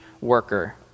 worker